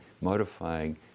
modifying